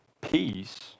Peace